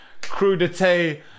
crudité